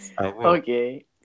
okay